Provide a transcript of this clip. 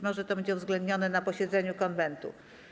Może to będzie uwzględnione na posiedzeniu Konwentu.